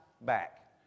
back